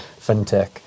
fintech